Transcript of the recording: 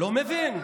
לא מבין.